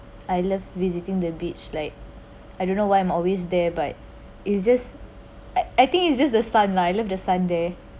I love visiting the beach like I don't know why I'm always there but it's just I I think is just the sun lah I love the sun there